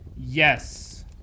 Yes